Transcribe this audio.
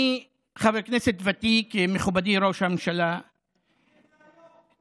אני חבר כנסת ותיק, מכובדי ראש הממשלה, דקה.